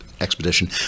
expedition